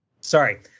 Sorry